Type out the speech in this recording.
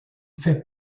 fait